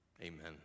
Amen